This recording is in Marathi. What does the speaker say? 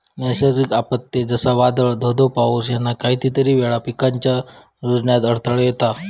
नैसर्गिक आपत्ते, जसा वादाळ, धो धो पाऊस ह्याना कितीतरी वेळा पिकांच्या रूजण्यात अडथळो येता